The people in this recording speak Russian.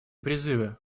призывы